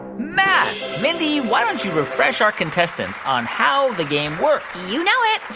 math mindy, why don't you refresh our contestants on how the game works? you know it.